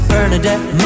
Bernadette